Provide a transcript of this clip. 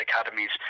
academies